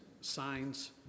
signs